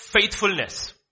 faithfulness